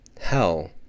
Hell